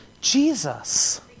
Jesus